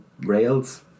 rails